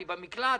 אני במקלט,